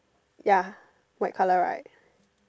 ya white colour right